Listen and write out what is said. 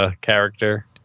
character